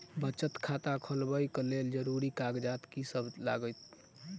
बचत खाता खोलाबै कऽ लेल जरूरी कागजात की सब लगतइ?